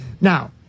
Now